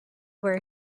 were